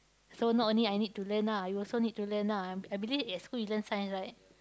so not only I need to learn ah you also need to learn ah I I believe at school you learn science right